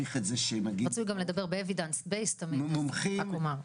ורצוי לדבר בעובדות מוכחות, רק אומר.